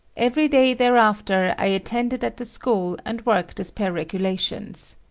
everyday thereafter i attended at the school and worked as per regulations.